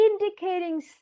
indicating